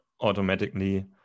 automatically